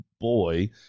boy